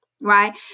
right